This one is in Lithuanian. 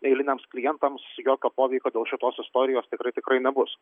eiliniams klientams jokio poveikio dėl šitos istorijos tikrai tikrai nebus